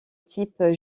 type